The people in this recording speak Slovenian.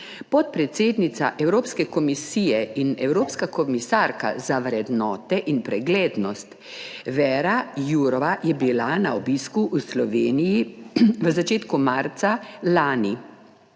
Podpredsednica Evropske komisije in evropska komisarka za vrednote in preglednost Věra Jourová je bila na obisku v Sloveniji v začetku marca lani.